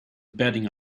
betting